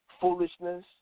foolishness